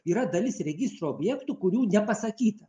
yra dalis registro objektų kurių nepasakyta